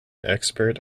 expert